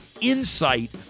Insight